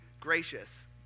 gracious